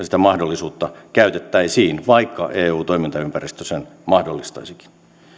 sitä mahdollisuutta käytettäisiin vaikka eun toimintaympäristö sen mahdollistaisikin